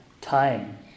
time